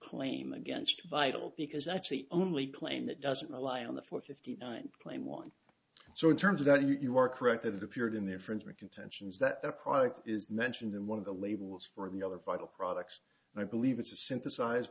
claim against vital because i actually only claim that doesn't rely on the four fifty nine claim one so in terms of that you are correct that it appeared in their friends my contentions that the product is mentioned in one of the labels for the other vital products and i believe it's a synthesize